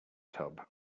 tub